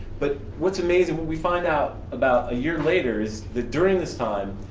but what's amazing, what we find out about a year later is that during this time,